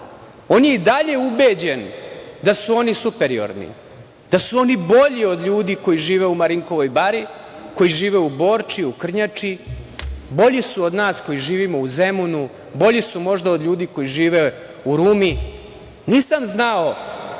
On je i dalje ubeđen da su oni superiorni, da su oni bolji od ljudi koji žive u Marinkovoj bari, koji žive u Borči, u Krnjači, da su bolji od nas koji živimo u Zemunu, bolji su, možda, od ljudi koji žive u Rumi. Nisam znao